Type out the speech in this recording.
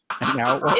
Now